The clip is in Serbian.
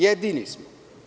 Jedini smo.